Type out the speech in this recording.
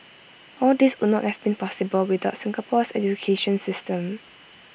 all these would not have been possible without Singapore's education system